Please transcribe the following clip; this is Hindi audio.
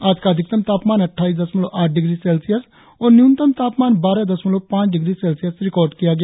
आज का अधिकतम तापमान अटठाईस दशमलव आठ डिग्री सेल्सियस और न्यूनतम तापमान बारह दशमलव पांच डिग्री सेल्सियस रिकार्ड किया गया